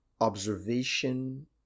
observation